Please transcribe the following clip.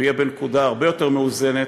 ויהיה בנקודה הרבה יותר מאוזנת,